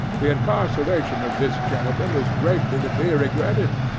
the incarceration of this gentleman is greatly to be regretted,